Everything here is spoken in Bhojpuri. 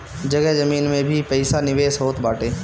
जगह जमीन में भी पईसा निवेश होत बाटे